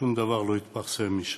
וששום דבר לא יתפרסם משם.